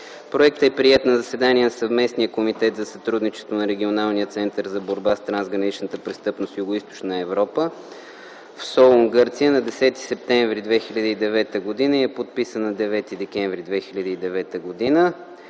Проектът е приет на заседание на Съвместния комитет за сътрудничество на Регионалния център за борба с трансграничната престъпност в Югоизточна Европа в Солун, Гърция на 10 септември 2009 г. и е подписан на 9 декември 2009 г.